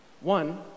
One